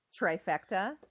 trifecta